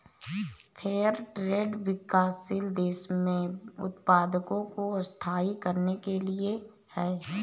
fair trade विकासशील देशों में उत्पादकों को स्थायी करने के लिए है